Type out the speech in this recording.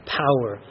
power